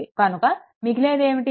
కనుక మిగిలేది ఏమిటి